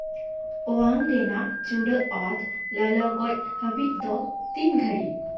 ᱳᱣᱟᱝ ᱨᱮᱭᱟᱜ ᱪᱩᱲᱟᱹ ᱚᱛ ᱞᱚᱞᱚ ᱜᱚᱡ ᱦᱟᱹᱵᱤᱡ ᱫᱚ ᱛᱤᱱ ᱜᱷᱟᱹᱲᱤᱡ